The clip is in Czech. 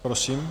Prosím.